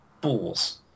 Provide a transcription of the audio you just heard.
balls